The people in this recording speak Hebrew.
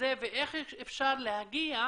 הזה ואיך אפשר להגיע